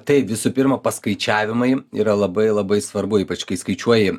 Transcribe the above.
tai visų pirma paskaičiavimai yra labai labai svarbu ypač kai skaičiuoji